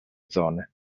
zone